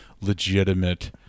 legitimate